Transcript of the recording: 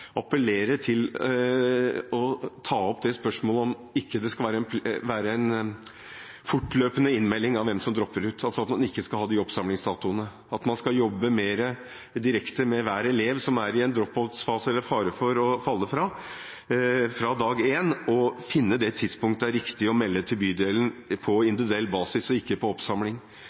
ikke skal være en fortløpende innmelding av hvem som dropper ut, altså at man ikke skal ha de oppsamlingsdatoene, men jobbe mer direkte fra dag én med hver elev som er i en drop-out-fase eller står i fare for å falle fra, finne det tidspunktet det er riktig å melde inn til bydelen på individuell basis, ikke på oppsamling,